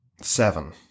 Seven